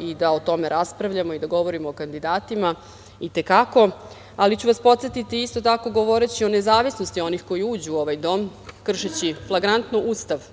i da o tome raspravljamo i da govorimo o kandidatima i te kako. Ali, podsetiću vas, isto tako govoreći o nezavisnosti onih koji uđu u ovaj dom, kršeći flagrantno Ustav